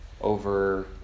over